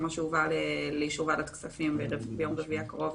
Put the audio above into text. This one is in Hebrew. כמו שיובא לאישור ועדת הכספים ביום רביעי הקרוב,